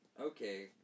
okay